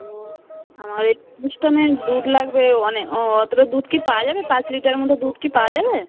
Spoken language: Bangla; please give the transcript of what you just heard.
ও আমার এই অনুষ্ঠানে দুধ লাগবে অনে অতোটা দুধ কি পাওয়া যাবে পাঁচ লিটার মতো দুধ কি পাওয়া যাবে